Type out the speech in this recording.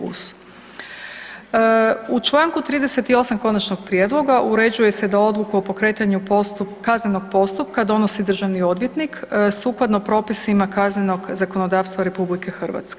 U čl. 38. konačnog prijedloga uređuje se da odluku o pokretanju kaznenog postupka donosi državni odvjetnik sukladno propisima kaznenog zakonodavstva RH.